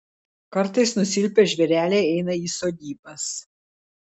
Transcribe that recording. kartais nusilpę žvėreliai eina į sodybas